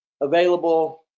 available